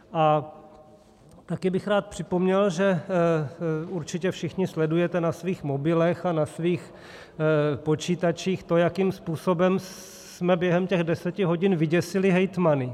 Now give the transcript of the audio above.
A taky bych rád připomněl, že určitě všichni sledujete na svých mobilech a na svých počítačích to, jakým způsobem jsme během těch deseti hodin vyděsili hejtmany.